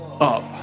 up